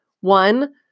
One